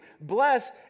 bless